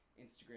Instagram